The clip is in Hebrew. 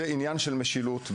זה עניין של משילות,